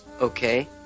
okay